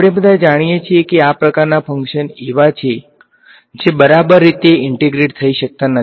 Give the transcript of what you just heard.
આપણે બધા જાણીએ છીએ કે આ પ્રકારનાં ફંક્શન્સ એવા છે કે જે બરાબર રીતે ઈંટેગ્રેટ થઈ શકતા નથી